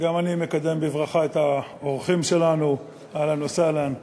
גם אני מקדם בברכה את האורחים שלנו, אהלן וסהלן.